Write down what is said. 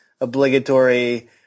obligatory